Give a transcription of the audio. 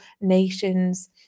nations